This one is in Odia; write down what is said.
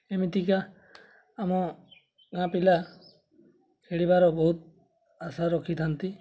ଏମିତିକା ଆମ ଗାଁ ପିଲା ଖେଳିବାର ବହୁତ ଆଶା ରଖିଥାନ୍ତି